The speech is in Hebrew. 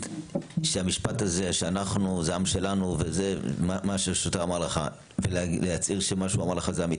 שהמשפט: "זה עם שלנו" שהוא אמר לך זה אמיתי?